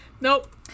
nope